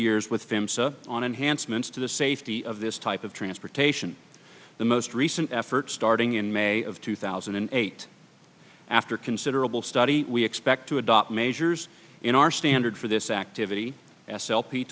years with them so on enhanced meant to the safety of this type of transportation the most recent effort starting in may of two thousand and eight after considerable study we expect to adopt measures in our standards for this activity s l p